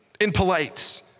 impolite